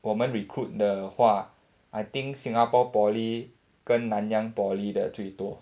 我们 recruit 的话 I think singapore poly 跟 nanyang poly 的最多